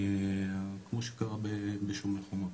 כמו שקרה בשומר חומות,